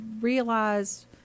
realize